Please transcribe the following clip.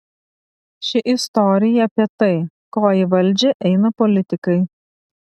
ši istorija apie tai ko į valdžią eina politikai